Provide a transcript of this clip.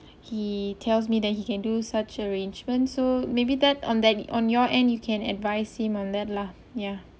he tells me that he can do such arrangements so maybe that on that on your end you can advise him on that lah ya